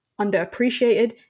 underappreciated